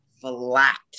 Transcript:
flat